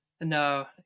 No